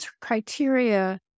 criteria